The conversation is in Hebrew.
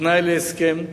כתנאי להסכם,